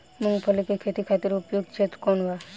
मूँगफली के खेती खातिर उपयुक्त क्षेत्र कौन वा?